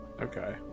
Okay